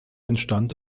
entstand